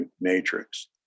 matrix